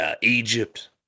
Egypt